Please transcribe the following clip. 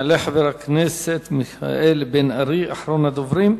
יעלה חבר הכנסת מיכאל בן-ארי, אחרון הדוברים.